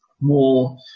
more